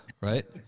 right